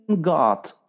God